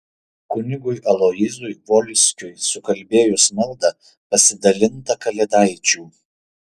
kunigui aloyzui volskiui sukalbėjus maldą pasidalinta kalėdaičių